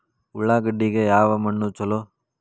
ಉಳ್ಳಾಗಡ್ಡಿಗೆ ಯಾವ ಮಣ್ಣು ಛಲೋ?